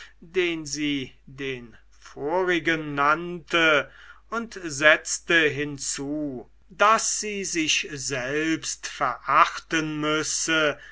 den sie den vorigen nannte und setzte hinzu daß sie sich selbst verachten müsse